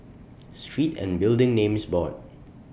Street and Building Names Board